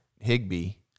Higby